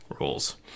rules